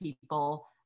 people